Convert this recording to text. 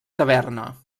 taverna